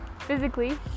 physically